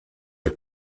der